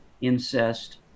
incest